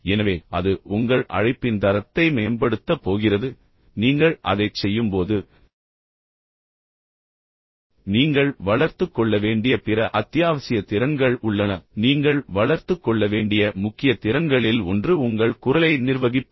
எனவே அது உங்கள் அழைப்பின் தரத்தை மேம்படுத்தப் போகிறது நீங்கள் அதைச் செய்யும்போது நீங்கள் வளர்த்துக் கொள்ள வேண்டிய பிற அத்தியாவசிய திறன்கள் உள்ளன நீங்கள் வளர்த்துக் கொள்ள வேண்டிய முக்கிய திறன்களில் ஒன்று உங்கள் குரலை நிர்வகிப்பது